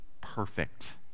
perfect